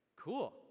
cool